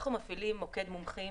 אנחנו מפעילים מוקד מומחים